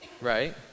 right